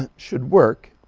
and should work